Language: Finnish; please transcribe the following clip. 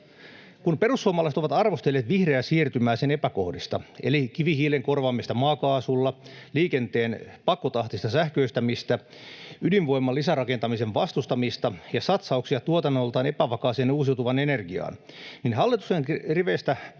Kun perussuomalaiset ovat arvostelleet vihreää siirtymää sen epäkohdista — eli kivihiilen korvaamista maakaasulla, liikenteen pakkotahtista sähköistämistä, ydinvoiman lisärakentamisen vastustamista ja satsauksia tuotannoltaan epävakaaseen uusiutuvaan energiaan — hallituksen riveistä